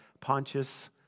Pontius